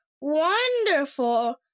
wonderful